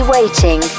Waiting